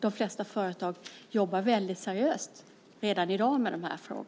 De flesta företag jobbar väldigt seriöst redan i dag.